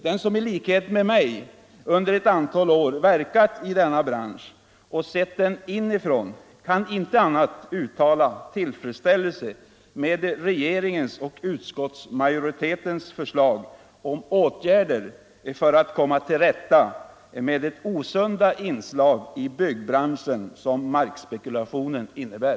Den som i likhet med mig under ett antal år verkat i denna bransch och sett den inifrån kan inte annat än uttala tillfredsställelse med regeringens och utskottsmajoritetens förslag om åtgärder för att komma till rätta med det osunda inslag i byggbranschen som markspekulationen innebär.